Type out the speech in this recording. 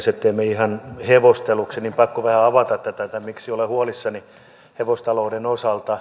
ettei mene ihan hevosteluksi niin pakko vähän avata tätä miksi olen huolissani hevostalouden osalta